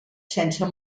sense